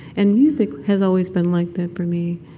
and music has always been like that for me,